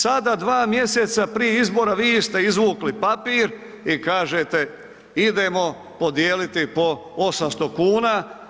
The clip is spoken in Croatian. Sada 2 mjeseca prije izbora vi ste izvukli papir i kažete idemo podijeliti po 800,00 kn.